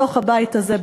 בתוך הבית הזה,